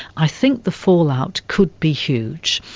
i think the fallout could be huge.